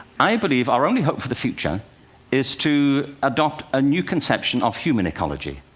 i believe our only hope for the future is to adopt a new conception of human ecology,